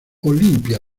olimpia